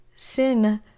Sin